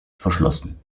verschlossen